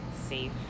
safe